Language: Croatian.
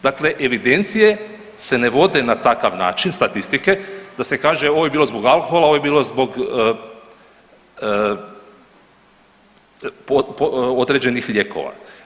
Dakle, evidencije se vode na takav način statistike da se kaže ovo je bilo zbog alkohola, ovo je bilo zbog određeni lijekova.